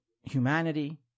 humanity